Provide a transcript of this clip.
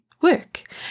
work